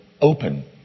open